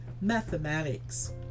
Mathematics